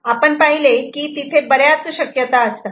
आपण पाहिले की तिथे बर्याच शक्यता असतात